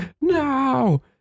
no